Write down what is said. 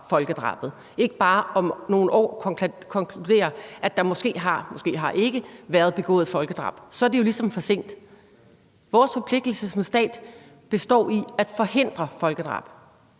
folkedrabet, og ikke bare om nogle år konkludere, at der måske er, måske ikke er blevet begået folkedrab. Så er det jo ligesom for sent. Vores forpligtelse som stat består i at forhindre folkedrab.